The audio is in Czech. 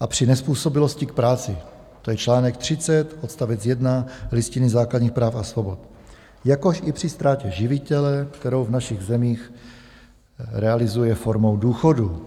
a při nezpůsobilosti k práci, to je čl. 30 odst. 1 Listiny základních práv a svobod, jakož i při ztrátě živitele, kterou v našich zemích realizuje formou důchodů.